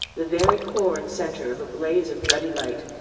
the very core and centre of a blaze of ruddy light,